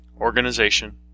Organization